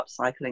upcycling